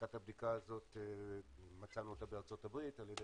ערכת הבדיקה הזאת מצאנו אותה בארצות הברית על ידי